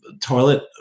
toilet